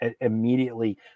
immediately